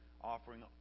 offering